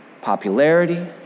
popularity